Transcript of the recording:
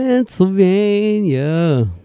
Pennsylvania